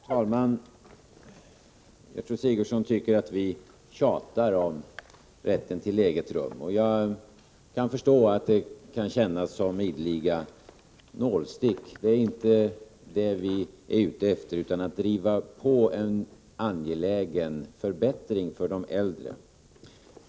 Herr talman! Gertrud Sigurdsen tycker att vi tjatar om rätten till eget rum, och jag kan förstå att det kan kännas som ideliga nålstick. Det är inte det vi är ute efter, utan vi vill driva på en angelägen förbättring för de äldre.